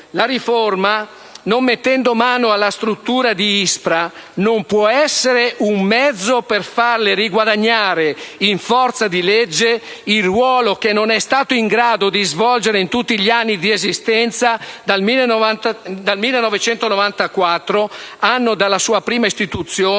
la riforma, non mettendo mano alla struttura di ISPRA, non può essere un mezzo per farle riguadagnare, in forza di legge, il ruolo che non è stata in grado di svolgere in tutti gli anni di esistenza dal 1994, anno della sua prima istituzione,